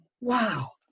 wow